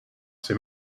c’est